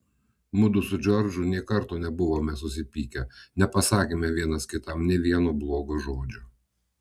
mudu su džordžu nė karto nebuvome susipykę nepasakėme vienas kitam nė vieno blogo žodžio